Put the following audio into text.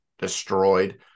destroyed